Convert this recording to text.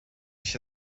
się